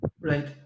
Right